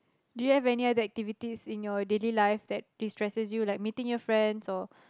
do you have any other activities in your daily life that destresses you like meeting your friends or